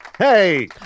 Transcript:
Hey